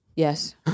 Yes